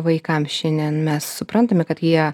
vaikam šiandien mes suprantame kad jie